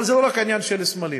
אבל זה לא רק עניין של סמלים,